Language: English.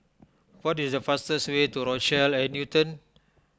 what is the fastest way to Rochelle at Newton